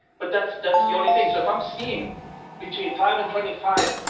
but that's that's the only thing. so if i'm seeing between five and twenty five,